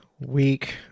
week